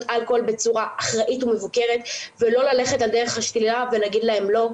אלכוהול בצורה אחראית ומבוקרת ולא ללכת על דרך השלילה ולהגיד להם לא,